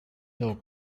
hill